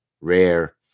rare